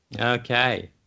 Okay